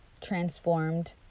Transformed